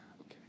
Okay